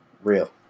real